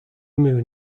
moon